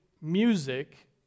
music